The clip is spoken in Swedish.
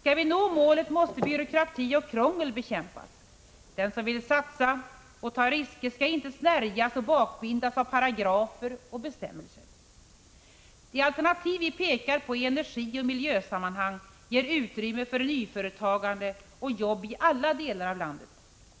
Skall vi nå målet måste också byråkrati och krångel bekämpas. Den som vill satsa och ta risker skall inte snärjas och bakbindas av paragrafer och bestämmelser. De alternativ vi pekar på i energioch miljösammanhang ger utrymme för nyföretagande och jobb i alla delar av landet.